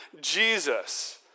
Jesus